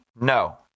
No